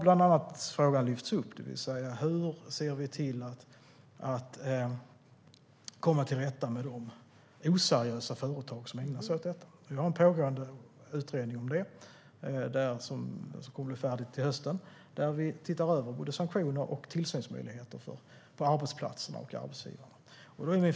Hur ser vi då till att komma till rätta med de oseriösa företag som ägnar sig åt detta? Det pågår en utredning som kommer att bli färdig till hösten där vi tittar över både sanktioner och tillsynsmöjligheter på arbetsplatser och arbetsgivare.